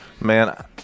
Man